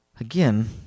Again